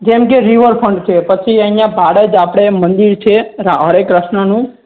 જેમ કે રીવરફન્ટ છે પછી અહીંયાં ભાડજ આપણે મંદિર છે રા હરે ક્રશ્નનું